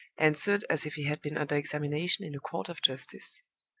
answered as if he had been under examination in a court of justice.